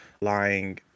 lying